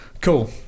Cool